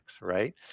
right